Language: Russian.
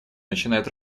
начинает